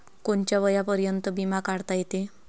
कोनच्या वयापर्यंत बिमा काढता येते?